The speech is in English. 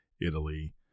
Italy